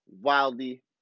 Wildly